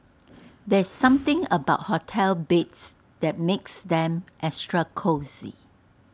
there's something about hotel beds that makes them extra cosy